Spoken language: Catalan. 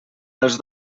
els